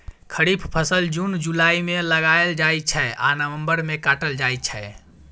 खरीफ फसल जुन जुलाई मे लगाएल जाइ छै आ नबंबर मे काटल जाइ छै